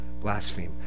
blaspheme